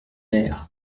mer